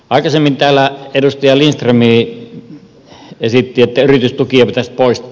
aikaisemmin täällä edustaja lindström esitti että yritystukia pitäisi poistaa